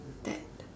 that